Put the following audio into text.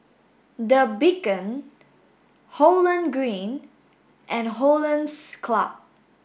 the Beacon Holland Green and Hollandse Club